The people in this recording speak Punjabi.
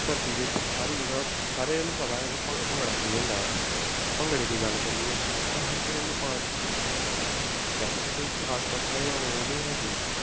ਧਰਤੀ ਦੇ ਉੱਤੇ ਸਾਰੀ ਜਗ੍ਹਾ ਸਾਰਿਆਂ ਨੂੰ ਪਤਾ ਹੈ ਕਿ ਭੰ ਭੰਗੜਾ ਕੀ ਹੁੰਦਾ ਹੈ ਭੰਗੜੇ ਦੀ ਗੱਲ ਕਰੀਏ ਤਾਂ ਹਰ ਕੋਈ ਇਹਨੂੰ ਪਾਉਣ 'ਚ ਝਿਜਕਚਾਉਂਦਾ ਨਹੀਂ ਵੈਸੇ ਤਾਂ ਕੋਈ ਖਾਸ ਕਥਾ ਜਾਂ ਉਹ ਨਹੀਂ ਹੈਗੀ